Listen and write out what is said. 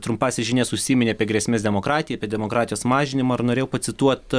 trumpasiąs žinias užsiminė apie grėsmes demokrati apie demokratijos mažinimą ir norėjau pacituot